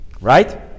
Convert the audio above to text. right